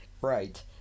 Right